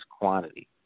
quantity